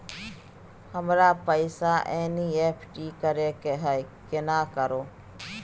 हमरा पैसा एन.ई.एफ.टी करे के है केना करू?